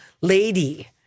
lady